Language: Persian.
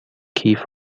کیف